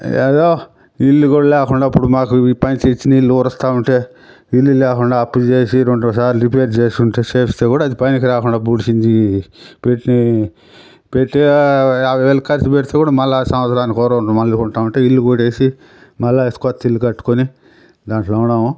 ఏదో ఇల్లు కూడా లేకుండా ఇప్పుడు మాకు ఈ పంచి ఇచ్చిన ఇల్లు ఊరుస్తా ఉంటే ఇల్లు లేకుండా అప్పు చేసి రెండు సార్లు రిపేర్ చేసుంటే చేస్తే కూడా అది పనికి రాకుండా పూడ్చింది పెట్టు పెట్టి యాభై వేలు ఖర్చు పెడితే మళ్ళీ సంవత్సరానికో రెండు నెలలకో ఉంటా ఉంటే ఇల్లు కూడేసి మళ్ళీ కొత్త ఇల్లు కట్టుకుని దాంట్లో ఉన్నాము